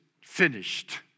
finished